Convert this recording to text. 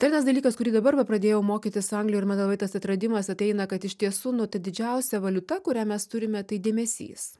tai yra tas dalykas kurį dabar va pradėjau mokytis anglijoj ir man labai atradimas ateina kad iš tiesų nu ta didžiausia valiuta kurią mes turime tai dėmesys